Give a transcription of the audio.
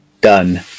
Done